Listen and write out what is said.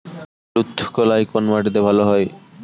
কুলত্থ কলাই কোন মাটিতে ভালো হয়?